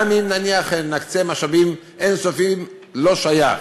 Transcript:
גם אם, נניח, נקצה משאבים אין-סופיים, לא שייך.